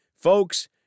Folks